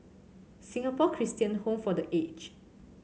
Singapore Christian Home for The Age